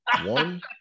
one